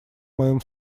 моем